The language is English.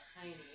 tiny